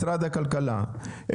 משרד הכלכלה,